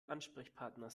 ansprechpartner